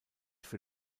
für